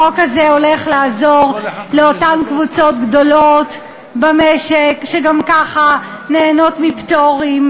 החוק הזה הולך לעזור לאותן קבוצות גדולות במשק שגם ככה נהנות מפטורים.